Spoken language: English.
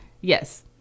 Yes